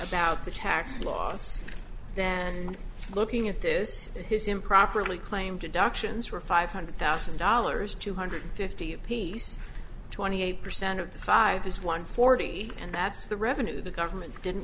about the tax laws than looking at this and his improperly claimed inductions were five hundred thousand dollars two hundred fifty apiece twenty eight percent of the five is one forty and that's the revenue the government didn't